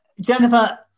jennifer